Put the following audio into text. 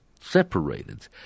separated